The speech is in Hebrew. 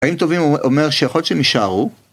חיים טובים אומר שיכול להיות שהם ישארו?